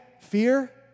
Fear